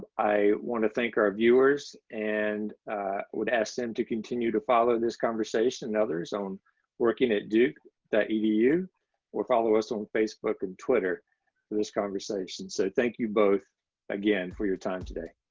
i want to thank our viewers and would ask them to continue to follow this conversation and others on working at duke dot edu or follow us on facebook and twitter for this conversation. so thank you both again for your time today.